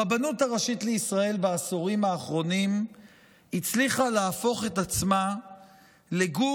הרבנות הראשית לישראל בעשורים האחרונים הצליחה להפוך את עצמה לגוף